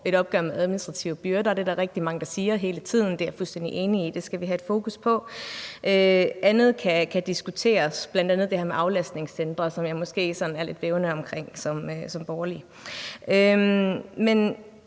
rigtig mange der siger hele tiden, og det er jeg fuldstændig enig i at vi skal have et fokus på. Andet kan diskuteres, bl.a. det her med aflastningscentre, som jeg måske er sådan lidt i vildrede om som borgerlig.